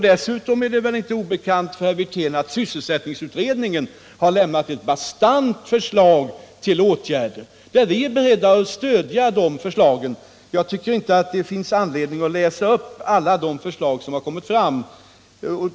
Dessutom är det väl inte obekant för herr Wirtén att sysselsättningsutredningen har lämnat ett bastant förslag till åtgärder. De förslagen är vi beredda att stödja. Jag tycker inte det finns anledning att läsa upp alla de förslag som har kommit fram.